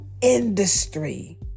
industry